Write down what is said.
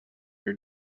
your